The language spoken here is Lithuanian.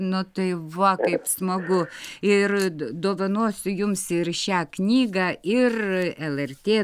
nu tai va kaip smagu ir d dovanosiu jums ir šią knygą ir lrt